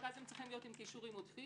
אז הם צריכים להיות עם כישורים עודפים.